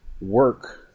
work